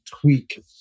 tweak